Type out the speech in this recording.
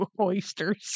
oysters